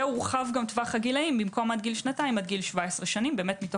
והורחב טווח הגילאים במקום עד גיל שנתיים עד גיל 17 מתוך